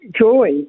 joy